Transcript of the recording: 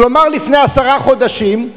כלומר לפני עשרה חודשים.